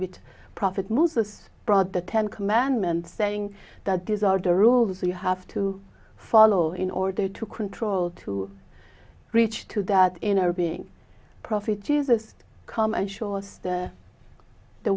which prophet moses brought the ten commandments saying that these are the rules you have to follow in order to control to reach to that inner being prophet jesus come and show us the